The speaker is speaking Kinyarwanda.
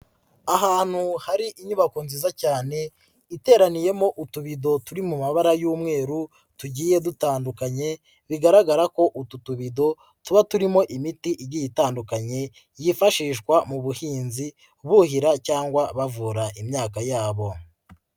Ahantu hari inyubako nziza cyane iteraniyemo utubido turi mu mabara y'umweru tugiye dutandukanye, bigaragara ko utu tubido tuba turimo imiti igiye itandukanye, yifashishwa mu buhinzi buhira cyangwa bavura imyaka yabo.